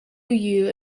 you